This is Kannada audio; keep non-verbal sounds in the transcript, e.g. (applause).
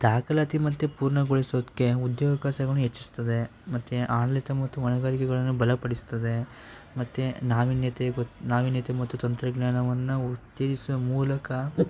ದಾಖಲಾತಿ ಮತ್ತೆ ಪೂರ್ಣಗೊಳಿಸೋದಕ್ಕೆ ಉದ್ಯೋಗಾವಕಾಶಗನ್ನು ಹೆಚ್ಚಿಸ್ತದೆ ಮತ್ತು ಆಡಳಿತ ಮತ್ತು (unintelligible) ಬಲ ಪಡಿಸ್ತದೆ ಮತ್ತು ನಾವಿನ್ಯತೆ ಗೊ ನಾವಿನ್ಯತೆ ಮತ್ತು ತಂತ್ರಜ್ಞಾನವನ್ನು ಉತ್ತೇಜಿಸುವ ಮೂಲಕ